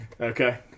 Okay